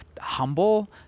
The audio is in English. humble